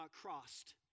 crossed